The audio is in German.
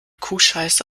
kuhscheiße